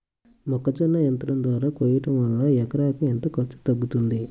మొక్కజొన్న యంత్రం ద్వారా కోయటం వలన ఎకరాకు ఎంత ఖర్చు తగ్గుతుంది?